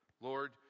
Lord